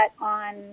on